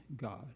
God